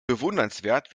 bewundernswert